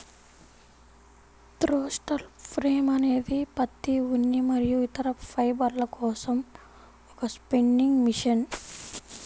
throstle frame అనేది పత్తి, ఉన్ని మరియు ఇతర ఫైబర్ల కోసం ఒక స్పిన్నింగ్ మెషిన్